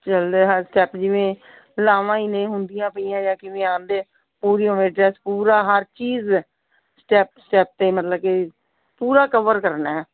ਚਲਦੇ ਹਰ ਸਟੈੱਪ ਜਿਵੇਂ ਲਾਵਾਂ ਹੀ ਨੇ ਹੁੰਦੀਆਂ ਪਈਆਂ ਜਾਂ ਕਿਵੇਂ ਆਉਂਦੇ ਪੂਰੀ ਉਵੇਂ ਡਰੈੱਸ ਪੂਰਾ ਹਰ ਚੀਜ਼ ਹੈ ਸਟੈੱਪ ਸਟੈੱਪ 'ਤੇ ਮਤਲਬ ਕਿ ਪੂਰਾ ਕਵਰ ਕਰਨਾ